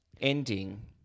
ending